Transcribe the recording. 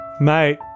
Mate